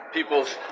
People's